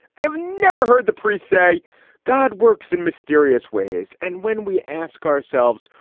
i have never heard the priest say god works in mysterious ways. and when we ask ourselves,